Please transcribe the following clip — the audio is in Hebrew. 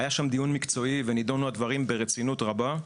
היה שם דיון מקצועי ונידונו הדברים ברצינות רבה.